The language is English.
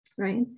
right